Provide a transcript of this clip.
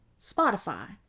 Spotify